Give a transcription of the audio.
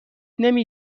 نمی